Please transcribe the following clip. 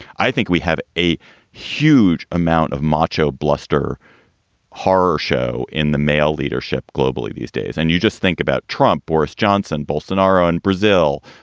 i think we have a huge amount of macho bluster horrorshow in the male leadership globally these days. and you just think about trump. boris johnson, ballston, our own brazil,